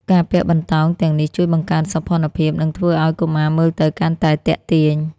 ការពាក់បន្តោងទាំងនេះជួយបង្កើនសោភ័ណភាព និងធ្វើឱ្យកុមារមើលទៅកាន់តែទាក់ទាញ។